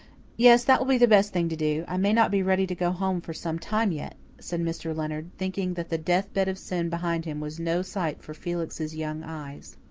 yes, that will be the best thing to do. i may not be ready to go home for some time yet, said mr. leonard, thinking that the death-bed of sin behind him was no sight for felix's young eyes.